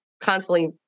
constantly